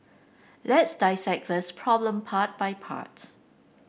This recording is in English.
let's dissect this problem part by part